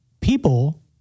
people